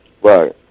Right